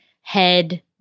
head